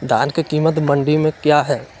धान के कीमत मंडी में क्या है?